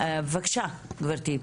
בבקשה, גברתי,